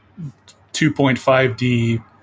2.5D